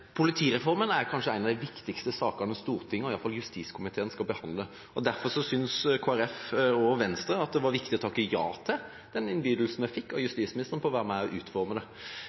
Politireformen er kanskje en av de viktigste sakene Stortinget – i alle fall justiskomiteen – skal behandle. Derfor syntes Kristelig Folkeparti og Venstre at det var viktig å takke ja til den innbydelsen vi fikk fra justisministeren om å være med og utforme